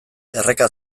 erreka